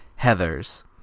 Heathers